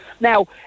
now